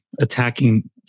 attacking